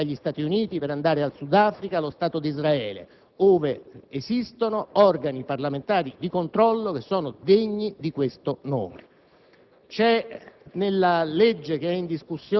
nei principali ordinamenti democratici, dagli Stati Uniti al Sudafrica, allo Stato di Israele, ove esistono organi parlamentari di controllo che sono degni di questo nome.